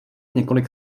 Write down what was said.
několik